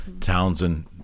townsend